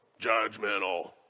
judgmental